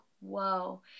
Whoa